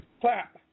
Clap